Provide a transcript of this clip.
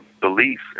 beliefs